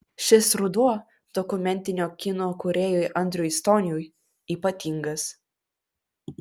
šis ruduo dokumentinio kino kūrėjui audriui stoniui ypatingas